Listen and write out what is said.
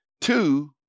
two